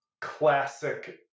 classic